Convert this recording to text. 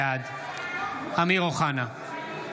בעד אמיר אוחנה,